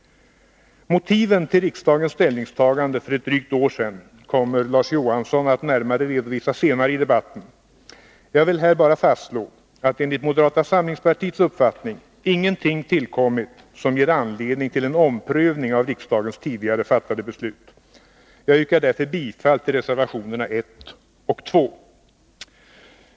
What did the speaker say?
Motiven till riksdagens ställningstagande för ett drygt år sedan kommer Larz Johansson att närmare redovisa senare i debatten. Jag vill här bara fastslå att enligt moderata samlingspartiets uppfattning ingenting tillkommit som ger anledning till en omprövning av riksdagens tidigare fattade beslut. Jag yrkar därför bifall till reservationerna 1 och 2.